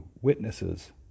witnesses